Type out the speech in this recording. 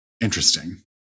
interesting